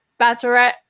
bachelorette